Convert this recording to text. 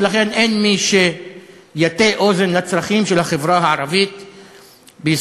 ולכן אין מי שיטה אוזן לצרכים של החברה הערבית בישראל,